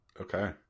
Okay